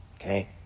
okay